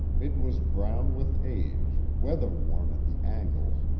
it was brown with age, weather-worn at the angles,